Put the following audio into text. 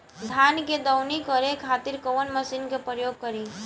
धान के दवनी करे खातिर कवन मशीन के प्रयोग करी?